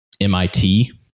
MIT